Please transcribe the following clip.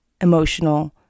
emotional